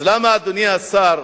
אז למה, אדוני השר,